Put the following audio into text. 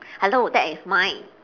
hello that is mine